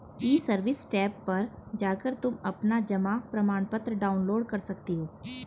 ई service tab पर जाकर तुम अपना जमा प्रमाणपत्र डाउनलोड कर सकती हो